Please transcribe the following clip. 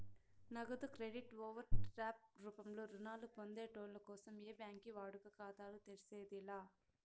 నగదు credit overdraft రూపంలో రుణాలు పొందేటోళ్ళ కోసం ఏ బ్యాంకి వాడుక ఖాతాలు తెర్సేది లా